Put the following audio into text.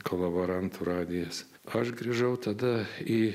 kolaborantų radijas aš grįžau tada į